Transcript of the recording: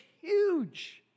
huge